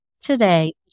today